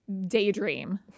daydream